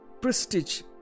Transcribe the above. prestige